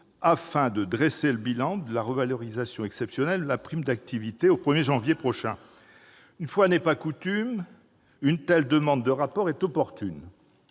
afin de dresser le bilan de la revalorisation exceptionnelle de la prime d'activité prévue le 1 janvier prochain. Une fois n'est pas coutume, une telle demande de rapport est opportune.